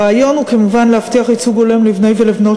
הרעיון הוא כמובן להבטיח ייצוג הולם לבני ולבנות